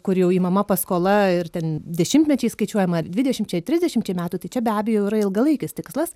kur jau imama paskola ir ten dešimtmečiais skaičiuojama dvidešimčiai trisdešimčiai metų tai čia be abejo yra ilgalaikis tikslas